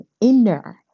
inner